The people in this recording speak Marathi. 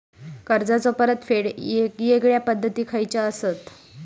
कर्जाचो परतफेड येगयेगल्या पद्धती खयच्या असात?